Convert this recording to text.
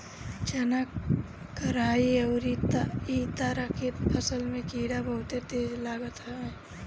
चना, कराई अउरी इ तरह के फसल में कीड़ा बहुते तेज लागत हवे